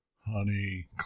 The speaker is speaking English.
honey